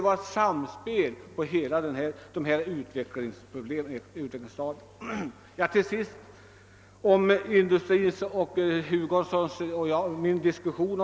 Jag vill till sist återknyta till Herr Hugossons och min diskussion.